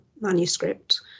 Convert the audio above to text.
manuscript